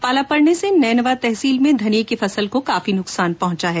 पाला पड़ने से नैनवा तहसील में धनिये की फसल को काफी नुकसान पहुंचा है